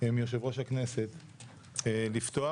מיושב-ראש הכנסת לפתוח.